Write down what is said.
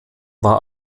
war